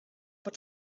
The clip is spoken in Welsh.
bod